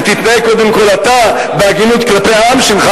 ותתנהג קודם כול אתה בהגינות כלפי העם שלך,